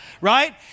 right